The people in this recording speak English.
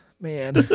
man